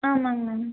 ஆமாம்ங்கண்ணா